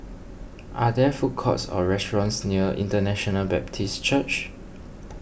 are there food courts or restaurants near International Baptist Church